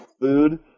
food